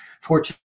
Fortune